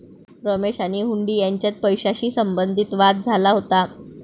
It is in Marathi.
रमेश आणि हुंडी यांच्यात पैशाशी संबंधित वाद झाला होता